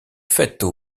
faites